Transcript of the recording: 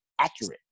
accurate